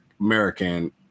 American